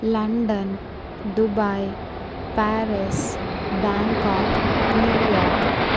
London Dubai Paris Bangkok New York